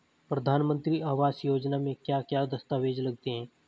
प्रधानमंत्री आवास योजना में क्या क्या दस्तावेज लगते हैं?